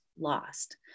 lost